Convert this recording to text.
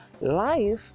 Life